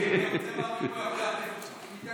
אגב.